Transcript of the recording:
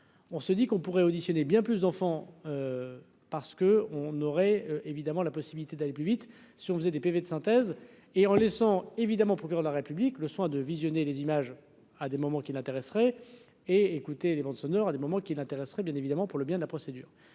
on se dit qu'on pourrait auditionner bien plus d'enfants parce que on aurait évidemment la possibilité d'aller plus vite si on faisait des PV de synthèse et en laissant évidemment, procureur de la République, le soin de visionner les images à des moments qui l'intéresserait et écouter les bandes sonores des moments qui l'intéresserait bien évidemment pour le bien de la procédure